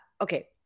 Okay